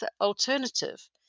alternative